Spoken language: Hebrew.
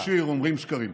באין ציפור שיר אומרים שקרים.